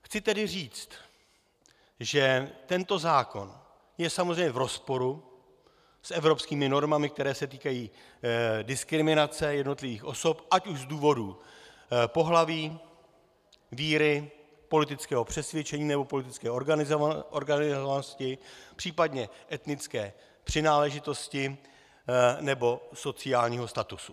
Chci tedy říct, že tento zákon je samozřejmě v rozporu s evropskými normami, které se týkají diskriminace jednotlivých osob ať už z důvodu pohlaví, víry, politického přesvědčení nebo politické organizovanosti, případně etnické přináležitosti nebo sociálního statusu.